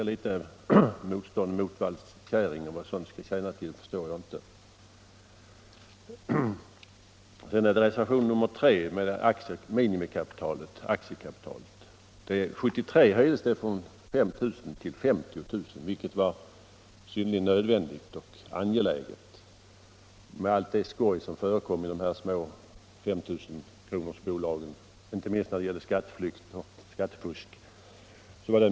Det ligger något av Motvalls käring över detta motstånd, och vad sådant skall tjäna till förstår jag inte. Reservation 3 gäller minimigränsen för aktiekapitalet. År 1973 höjdes den från 5 000 till 50 000, vilket var nödvändigt och synnerligen angeläget med hänsyn till allt det skoj som förekom i de små 5 000-kronorsbolagen, inte minst i form av skatteflykt och skattefusk.